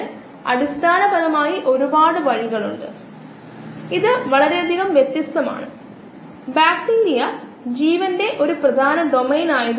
2 പ്രധാന തരം ഉൽപ്പന്നങ്ങൾ ഉണ്ട് കോശങ്ങൾ അല്ലെങ്കിൽ കോശങ്ങൾ നിർമ്മിച്ച തന്മാത്രകൾ ബയോ റിയാക്ടറുകളിൽ നിന്നുള്ള പ്രധാന ഉൽപ്പന്നങ്ങളാണ്